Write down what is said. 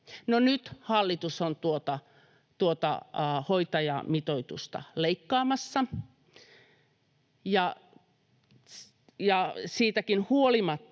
nyt hallitus on tuota hoitajamitoitusta leikkaamassa siitäkin huolimatta,